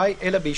עליהם.